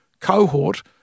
cohort